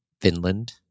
Finland